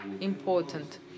important